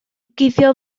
guddio